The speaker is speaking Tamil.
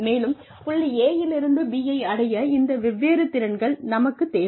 மேலும் புள்ளி A இலிருந்து B ஐ அடைய இந்த வெவ்வேறு திறன்கள் நமக்குத் தேவை